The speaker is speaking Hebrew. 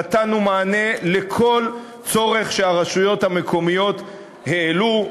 נתנו מענה לכל צורך שהרשויות המקומיות העלו.